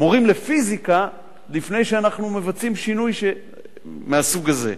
מורים לפיזיקה לפני שאנחנו מבצעים שינוי מהסוג הזה,